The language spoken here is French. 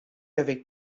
avec